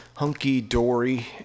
hunky-dory